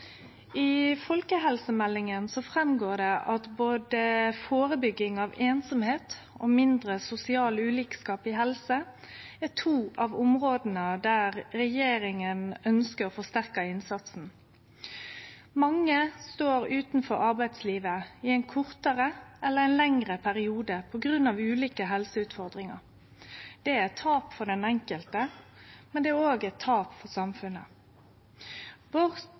I folkehelsemeldinga går det fram at både førebygging av einsemd og mindre sosial ulikskap i helse er to av områda der regjeringa ønskjer å forsterke innsatsen. Mange står utanfor arbeidslivet i ein kortare eller lengre periode på grunn av ulike helseutfordringar. Det er eit tap for den enkelte, men det er òg eit tap for samfunnet. Vårt